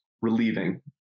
Relieving